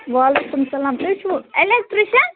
وعلیکُم سلام تُہۍ چھُو الیکٹِرٛشَن